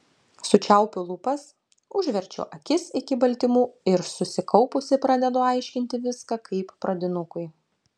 sučiaupiu lūpas užverčiu akis iki baltymų ir susikaupusi pradedu aiškinti viską kaip pradinukui